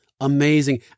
amazing